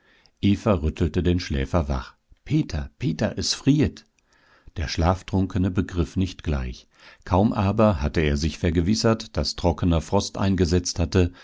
eva rüttelte den schläfer wach peter peter es friert der schlaftrunkene begriff nicht gleich kaum aber hatte er sich vergewissert daß trockener frost eingesetzt hatte